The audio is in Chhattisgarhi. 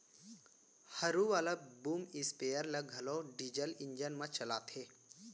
हरू वाला बूम स्पेयर ल घलौ डीजल इंजन म चलाथें